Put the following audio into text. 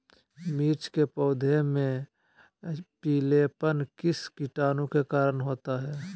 मिर्च के पौधे में पिलेपन किस कीटाणु के कारण होता है?